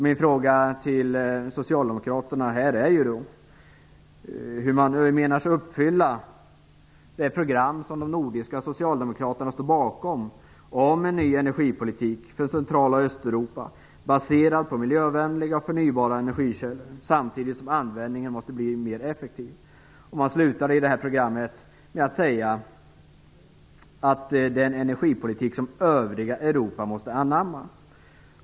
Min fråga till socialdemokraterna är då hur man tänker sig fullfölja det program som de nordiska socialdemokraterna står bakom om en ny energipolitik för Central och Östeuropa, baserad på miljövänliga och förnybara energikällor, samtidigt som användningen måste bli mer effektiv. Man slutar programmet med att säga att det är en energipolitik som övriga Europa måste anamma.